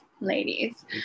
ladies